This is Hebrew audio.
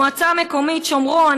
מועצה מקומית שומרון,